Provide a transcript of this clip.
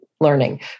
learning